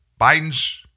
Biden's